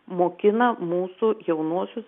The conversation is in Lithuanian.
mokina mūsų jaunuosius